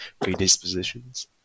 predispositions